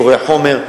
קורא חומר.